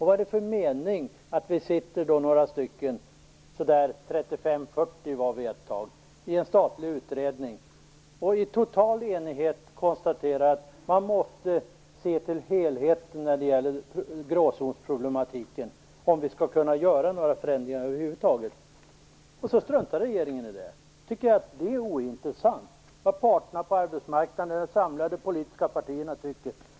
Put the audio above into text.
Vad är det för mening med att vi sitter några stycken - ett tag var vi 35-40 stycken - i en statlig utredning, och i total enighet konstaterar att man måste se till helheten när det gäller gråzonsproblematiken om det skall kunna göras några förändringar över huvud taget, när regeringen struntar i det? Regeringen tycker att det är ointressant vad parterna på arbetsmarknaden och de samlade politiska partierna tycker.